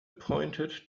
pointed